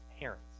parents